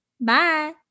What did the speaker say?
Bye